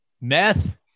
meth